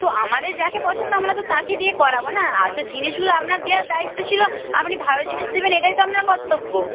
তো আমাদের যাকে পছন্দ আমরা তো তাকে দিয়ে করাব না আর তো জিনিসগুলো আপনার দেওয়ার দায়িত্ব ছিল আপনি ভালো জিনিস দেবেন এটাই তো আপনার কর্তব্য